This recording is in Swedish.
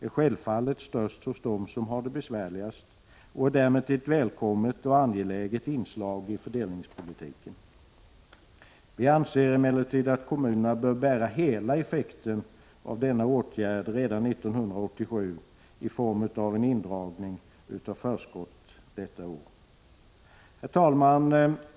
är självfallet störst hos dem som har det besvärligast, och detta är därmed ett välkommet och angeläget inslag i fördelningspolitiken. Vi anser emellertid att kommunerna bör bära hela effekten av denna åtgärd 1987 i form av indragning av förskott detta år. Herr talman!